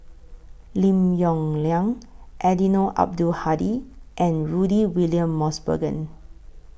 Lim Yong Liang Eddino Abdul Hadi and Rudy William Mosbergen